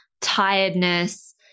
tiredness